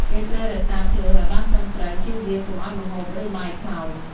គេត្រូវរក្សាភ្លើងឱ្យបានត្រឹមត្រូវ ជៀសវាងកុំឱ្យម្ហូប ឬ បាយខ្លោច។